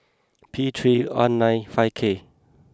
P three one nine five K